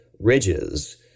ridges